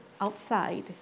outside